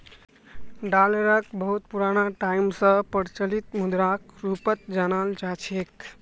डालरक बहुत पुराना टाइम स प्रचलित मुद्राक रूपत जानाल जा छेक